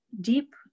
deep